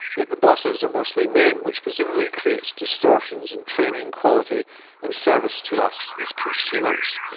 yet the bosses are mostly men, which presumably creates distortions in training, quality and service to us as consumers.